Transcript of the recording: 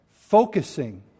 focusing